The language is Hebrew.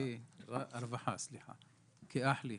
כאח לי,